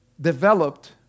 developed